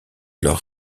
leurs